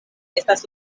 estas